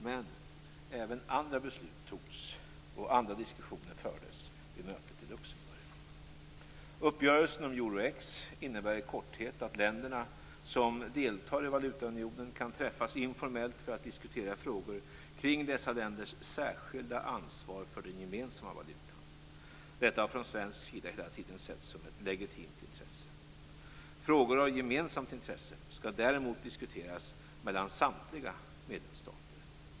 Men även andra beslut fattades, och andra diskussioner fördes vid mötet i Uppgörelsen om Euro-X innebär i korthet att länderna som deltar i valutaunionen kan träffas informellt för att diskutera frågor kring dessa länders särskilda ansvar för den gemensamma valutan. Detta har från svensk sida hela tiden setts som ett legitimt intresse. Frågor av gemensamt intresse skall däremot diskuteras mellan samtliga medlemsstater.